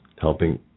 Helping